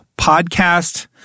podcast